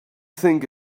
think